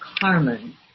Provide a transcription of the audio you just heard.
Carmen